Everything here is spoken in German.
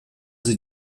sie